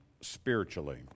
spiritually